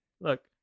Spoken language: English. Look